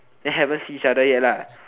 then haven't see each other yet lah